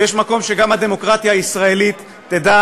ויש מקום שגם הדמוקרטיה הישראלית תדע